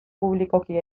publikoki